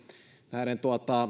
näiden